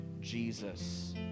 jesus